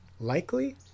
likely